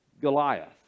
Goliath